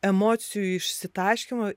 emocijų išsitaškymo